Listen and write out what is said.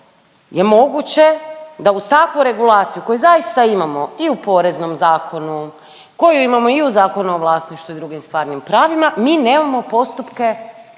je moguće da uz takvu regulaciju koju zaista imamo i u Poreznom zakonu, koju imamo i u Zakonu o vlasništvu i drugim stvarnim pravima, mi nemamo postupke